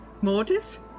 mortis